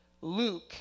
Luke